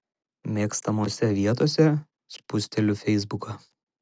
mėgstamose vietose spusteliu feisbuką